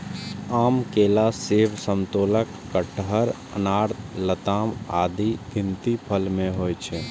आम, केला, सेब, समतोला, कटहर, अनार, लताम आदिक गिनती फल मे होइ छै